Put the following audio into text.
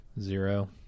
Zero